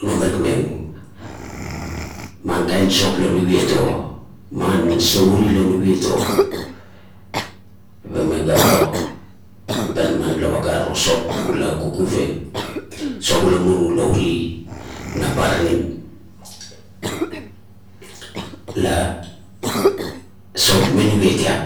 nomarikmeng, man kain sop la nuviet of? Man sop uri la nuviet o, eba mega maro eba manalava, garero, sop la kufkufieng sop ula muri uri na baranim la sopup me nuvietiap